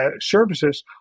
services